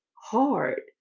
hard